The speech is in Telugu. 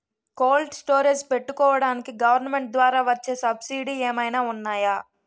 కోల్డ్ స్టోరేజ్ పెట్టుకోడానికి గవర్నమెంట్ ద్వారా వచ్చే సబ్సిడీ ఏమైనా ఉన్నాయా?